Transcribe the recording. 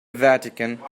vatican